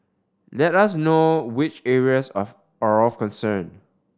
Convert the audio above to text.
let us know which areas of are of concern